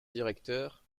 directeurs